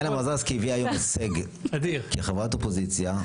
טטיאנה מזרסקי הביאה היום הישג, כחברת אופוזיציה,